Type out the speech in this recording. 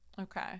Okay